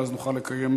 ואז נוכל לקיים,